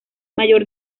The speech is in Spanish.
mayor